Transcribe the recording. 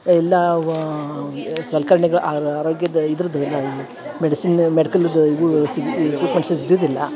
ಎಲ್ಲವ ಎ ಸಲ್ಕರ್ಣಿಗಳು ಆರ್ ಆರೋಗ್ಯದ ಇದ್ರದ್ದು ಏನು ಮೆಡಿಸಿನ್ ಮೆಡ್ಕಲ್ಲಿದು ಇದು ಸಿಗು ಈ ಟ್ರಿಟ್ಮೆಂಟ್ಸಸ್ ಇದ್ದದ್ದಿಲ್ಲ